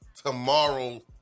Tomorrow